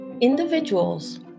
individuals